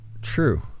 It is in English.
true